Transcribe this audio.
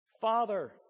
Father